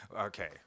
Okay